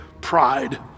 pride